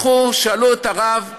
שאלו את הרב עוזיאל,